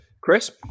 Chris